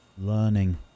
Learning